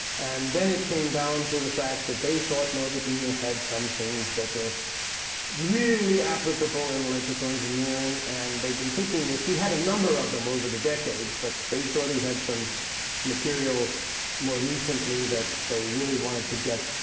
and then it came down to the fact that they thought norbert wiener had some things that were really applicable in electrical engineering, and they'd been thinking because he had a number of them over the decades, but they thought he had some material more recently that they really wanted to get,